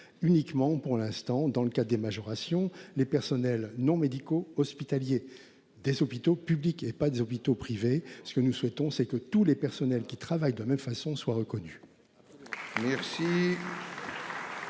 uniquement, pour l'instant, dans le cas des majorations, les personnels non médicaux des hôpitaux publics, et non pas ceux des hôpitaux privés. Nous souhaitons que tous les personnels qui travaillent de la même façon soient reconnus.